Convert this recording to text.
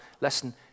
Listen